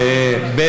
להחלטתך.